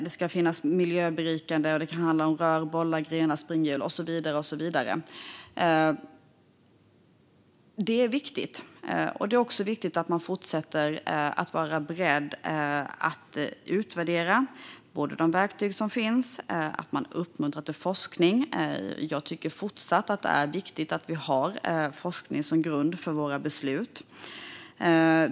Det ska finnas miljöberikande inslag som rör, bollar, grenar, springhjul och så vidare. Detta är viktigt. Det är också viktigt att man fortsätter vara beredd att utvärdera de verktyg som finns och att man uppmuntrar forskning. Jag tycker att det är fortsatt viktigt att vi har forskning som grund för våra beslut.